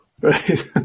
Right